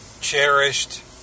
cherished